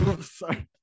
Sorry